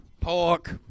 pork